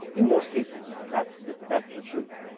in most cases that's the that's the truth.